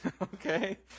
Okay